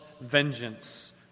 vengeance